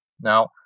Now